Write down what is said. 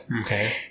Okay